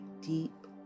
deep